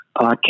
podcast